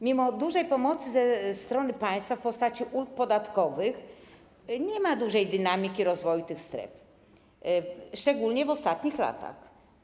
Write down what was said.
Mimo dużej pomocy ze strony państwa w postaci ulg podatkowych nie ma dużej dynamiki rozwoju tych stref, szczególnie w ostatnich latach.